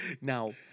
Now